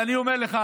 אומר לך,